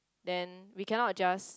then we cannot just